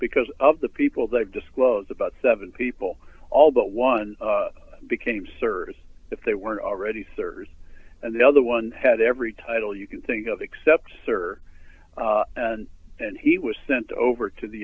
because of the people that disclose about seven people all but one became servers if they weren't already servers and the other one had every title you can think of except sir and he was sent over to the